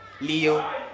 Leo